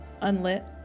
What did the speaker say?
unlit